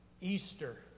Easter